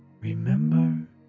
Remember